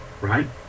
right